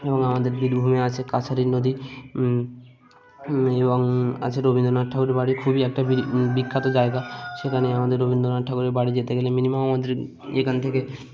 এবং আমাদের বীরভূমে আছে কাছারি নদী এবং আছে রবীন্দ্রনাথ ঠাকুরের বাড়ি খুবই একটা বিখ্যাত জায়গা সেখানে আমাদের রবীন্দ্রনাথ ঠাকুরের বাড়ি যেতে গেলে মিনিমাম আমাদের এখান থেকে